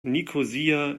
nikosia